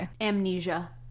amnesia